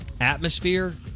atmosphere